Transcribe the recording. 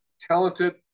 talented